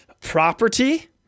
property